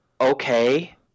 okay